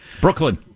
Brooklyn